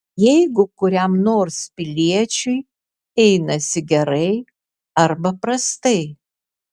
jeigu kuriam nors piliečiui einasi gerai arba prastai